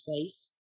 place